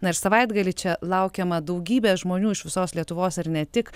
na ir savaitgalį čia laukiama daugybė žmonių iš visos lietuvos ir ne tik